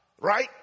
right